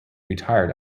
retired